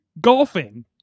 golfing